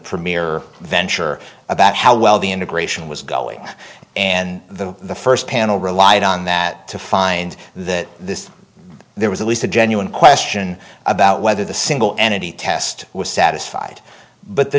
premier venture about how well the integration was going and the first panel relied on that to find that there was at least a genuine question about whether the single entity test was satisfied but the